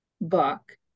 book